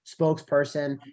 spokesperson